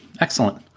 Excellent